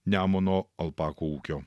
nemuno alpakų ūkio